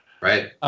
Right